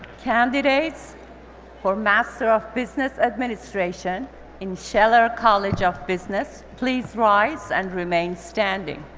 candidates for master of business administration in scheller college of business, please rise and remain standing.